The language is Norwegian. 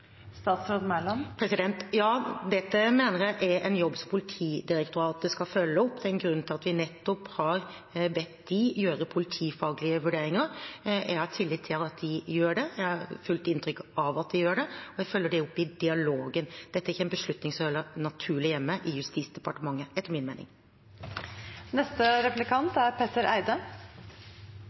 Ja, dette mener jeg er en jobb som Politidirektoratet skal følge opp. Det er en grunn til at vi nettopp har bedt dem gjøre politifaglige vurderinger. Jeg har tillit til at de gjør det, jeg har fullt inntrykk av at de gjør det, og jeg følger det opp i dialogen. Dette er ikke en beslutning som hører naturlig hjemme i Justisdepartementet, etter min mening. Jeg er